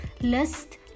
List